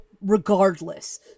regardless